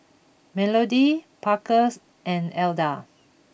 Melodie Parkers and Elda